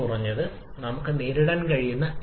പിന്നെ നമുക്ക് എത്ര മോളുകളുണ്ട് ഉൽപ്പന്ന വശം